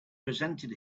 presented